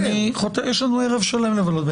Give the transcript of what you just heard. יש לנו ערב שלם לבלות ביחד.